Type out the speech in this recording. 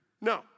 No